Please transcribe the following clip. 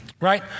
right